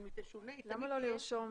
למה לא לרשום